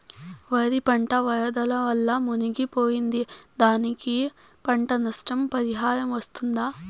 వరి పంట వరదల వల్ల మునిగి పోయింది, దానికి పంట నష్ట పరిహారం వస్తుందా?